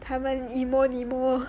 他们 emo nemo